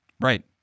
Right